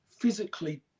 physically